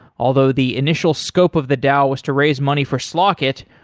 although the initial scope of the dao was to raise money for slock it,